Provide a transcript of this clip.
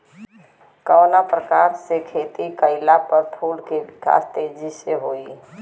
कवना प्रकार से खेती कइला पर फूल के विकास तेजी से होयी?